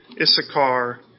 Issachar